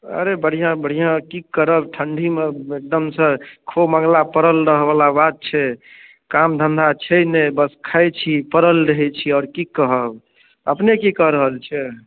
अरे बढ़िआँ बढ़िआँ की करब ठण्डीमे ऽ एकदमसँ खो मङ्गला पड़ल रह बला बात छै काम धन्धा छै नहि बस खाइत छी पड़ल रहैत छी आओर की कहब अपने की कऽ रहल छियै